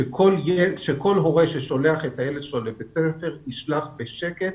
ושכל הורה ששולח את הילד שלו לבית הספר ישלח בשקט,